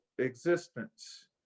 existence